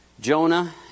Jonah